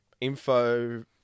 info